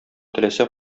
теләсә